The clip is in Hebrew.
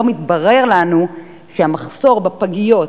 יש מחסור גדול.